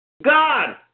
God